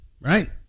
right